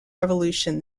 revolution